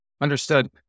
Understood